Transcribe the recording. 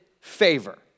favor